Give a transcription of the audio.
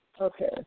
Okay